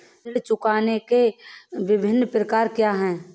ऋण चुकाने के विभिन्न प्रकार क्या हैं?